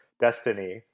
destiny